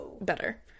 better